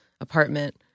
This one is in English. apartment